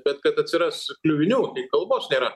bet kad atsiras kliuvinių tai kalbos nėra